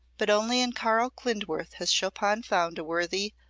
but only in karl klindworth has chopin found a worthy,